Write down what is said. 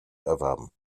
erwerben